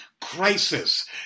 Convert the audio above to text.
crisis